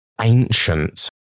ancient